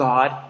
God